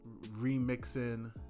remixing